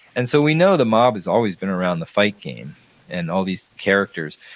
and so, we know the mob has always been around the fight game and all these characters,